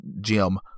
Jim